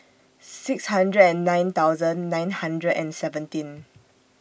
six hundred and nine thousand nine hundred and seventeen